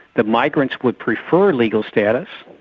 the migrants would prefer legal status,